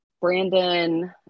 brandon